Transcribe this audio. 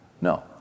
No